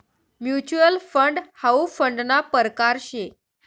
mutual fund how फंडना परकार शे